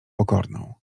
pokorną